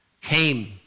came